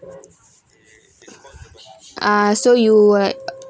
ah so you like